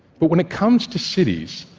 but when it comes to cities,